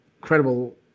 incredible